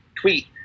tweet